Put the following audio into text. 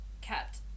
kept